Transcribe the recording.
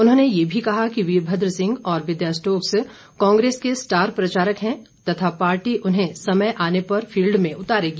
उन्होंने ये भी कहा कि वीरभद्र सिंह और विद्या स्टोक्स कांग्रेस के स्टार प्रचारक है तथा पार्टी उन्हें समय आने पर फिल्ड में उतारेगी